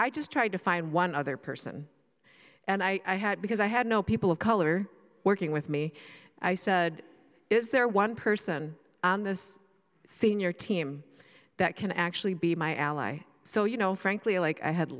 just tried to find one other person and i had because i had no people of color working with me i said is there one person on this senior team that can actually be my ally so you know frankly like i had